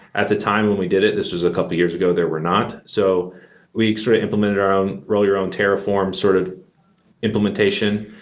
at the time, and we did it, this was a couple of years ago, there were not. so we sort of implemented our own roll your own terraform sort of implementation.